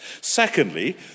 secondly